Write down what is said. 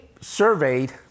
surveyed